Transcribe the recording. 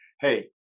hey